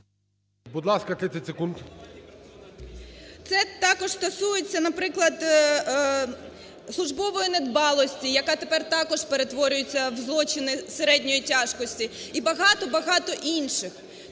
Будь ласка, 30 секунд. СОТНИК О.С. Це також стосується, наприклад, службової недбалості, яка тепер також перетворюється в злочини середньої тяжкості і багато-багато інших.